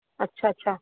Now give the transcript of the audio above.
अच्छा अच्छा